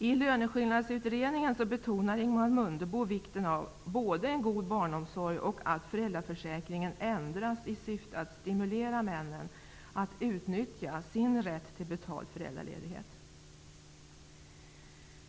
I löneskillnadsutredningen betonar Ingemar Mundebo vikten av både en god barnomsorg och att föräldraförsäkringen ändras i syfte att stimulera männen att utnyttja sin rätt till betald föräldraledighet.